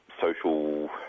social